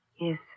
Yes